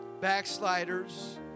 backsliders